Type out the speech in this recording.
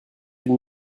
une